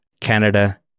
Canada